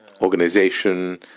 organization